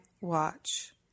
watch